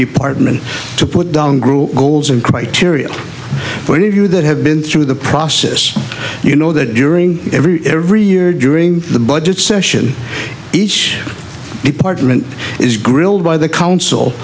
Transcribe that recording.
department to put down group goals and criteria for any of you that have been through the process you know that during every every year during the budget session each department is grilled by the council